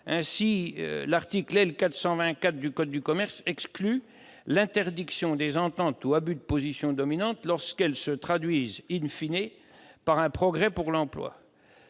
Ainsi, l'article L. 420-4 du code de commerce exclut l'interdiction des ententes ou des abus de position dominante lorsqu'ils se traduisent par un progrès pour l'emploi.